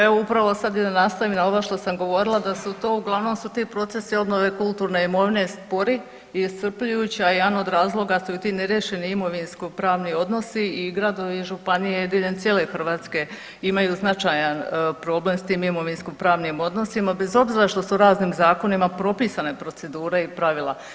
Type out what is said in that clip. Evo upravo sada i da nastavim na ono što sam govorila da su to uglavnom si ti procesi imovine kulturne imovine spori i iscrpljujući, a jedan od razloga su i ti neriješeni imovinsko-pravni odnosi i gradovi i županije diljem cijele Hrvatske imaju značajan problem s tim imovinsko pravnim odnosima bez obzira što su raznim zakonima propisane procedure i pravila.